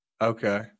Okay